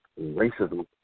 Racism